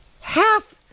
half